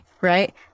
right